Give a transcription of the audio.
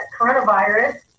coronavirus